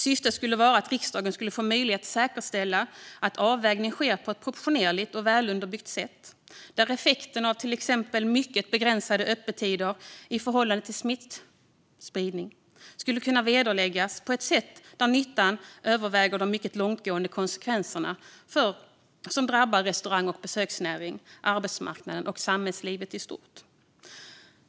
Syftet skulle vara att riksdagen skulle få möjlighet att säkerställa att avvägning sker på ett proportionerligt och välunderbyggt sätt, där effekten av till exempel mycket begränsade öppettider i förhållande till smittspridning skulle kunna vederläggas. Det gäller att nyttan överväger de mycket långtgående konsekvenser som drabbar restaurang och besöksnäring, arbetsmarknaden och samhällslivet i stort.